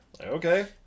Okay